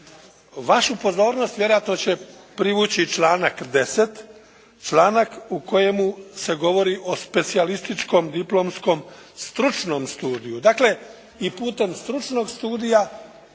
Vašu pozornost vjerojatno će privući članak 10., članak u kojemu se govori o specijalističkom, diplomskom, stručnom studiju. Dakle i putem stručnog studija